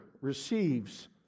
receives